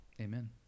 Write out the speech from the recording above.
Amen